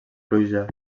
pluja